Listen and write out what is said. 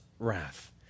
Wrath